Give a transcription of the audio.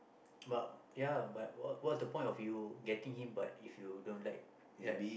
but ya but what what's the point of you getting him but if you don't like right